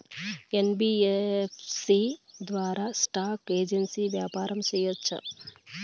NBFC ద్వారా stock exchange వ్యాపారం సేయొచ్చా?